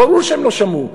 ברור שהם לא שמעו.